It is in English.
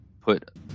put